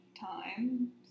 time